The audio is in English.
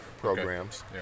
programs